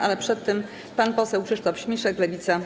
Ale przedtem pan poseł Krzysztof Śmiszek, Lewica.